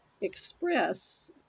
express